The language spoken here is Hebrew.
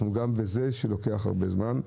גם זה לוקח זמן רב.